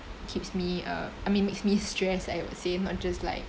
keeps me uh I mean makes me stressed I would say not just like